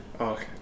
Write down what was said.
Okay